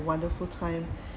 wonderful time